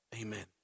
Amen